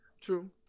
True